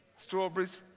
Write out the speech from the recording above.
Strawberries